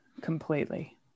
completely